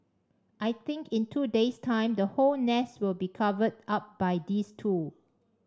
I think in two days time the whole nest will be covered up by these two